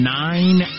nine